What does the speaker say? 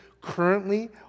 Currently